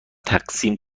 تقسیم